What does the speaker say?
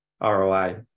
ROI